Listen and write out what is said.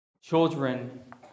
children